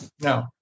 No